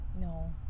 no